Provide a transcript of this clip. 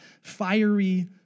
fiery